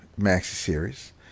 maxi-series